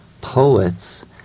poets